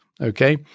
okay